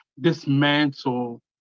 dismantle